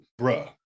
bruh